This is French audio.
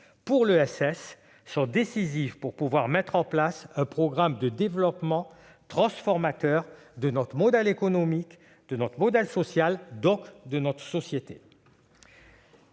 pour l'ESS sont décisives pour pouvoir mettre en place un programme de développement transformateur de notre modèle économique et social, donc de notre société.